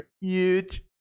huge